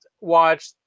watch